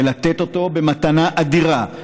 ולתת אותו במתנה אדירה,